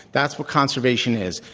that's what conservation is.